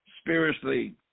spiritually